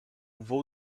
vou